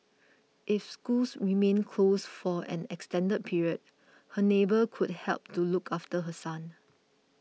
if schools remain closed for an extended period her neighbour could help to look after her son